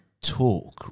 talk